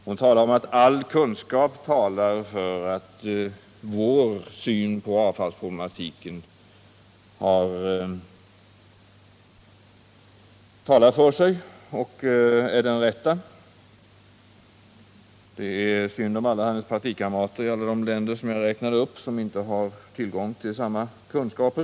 Hon säger att all kunskap talar för att socialdemokraternas syn på avfallsproblematiken är den rätta. Det är synd om hennes partikamrater i alla de länder jag räknade upp, som inte har tillgång till samma kunskaper.